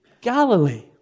Galilee